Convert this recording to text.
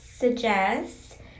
suggest